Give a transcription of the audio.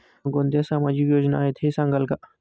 कोणकोणत्या सामाजिक योजना आहेत हे सांगाल का?